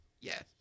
yes